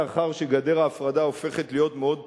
לאחר שגדר ההפרדה הופכת להיות מאוד פופולרית,